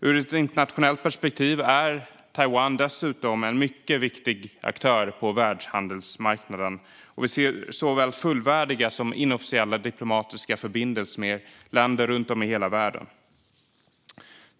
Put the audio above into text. Ur ett internationellt perspektiv är Taiwan dessutom en mycket viktig aktör på världshandelsmarknaden, och vi ser såväl fullvärdiga som inofficiella diplomatiska förbindelser med länder runt om i hela världen.